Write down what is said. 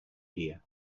here